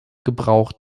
gebrauch